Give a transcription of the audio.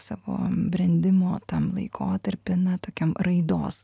savo brendimo tam laikotarpy na tokiam raidos